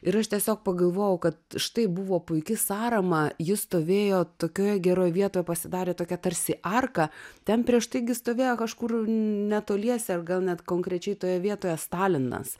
ir aš tiesiog pagalvojau kad štai buvo puiki sąrama ji stovėjo tokioj geroj vietoj pasidarė tokia tarsi arka ten prieš tai gi stovėjo kažkur netoliese ir gal net konkrečiai toje vietoje stalinas